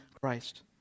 Christ